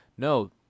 No